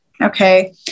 Okay